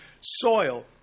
soil